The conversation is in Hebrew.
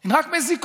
הן רק מזיקות,